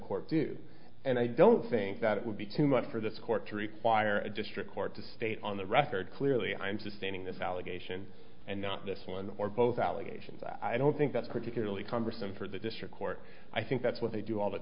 court do and i don't think that it would be too much for this court to require a district court to state on the record clearly i'm sustaining this allegation and not this one or both allegations i don't think that's particularly cumbersome for the district court i think that's what they do all the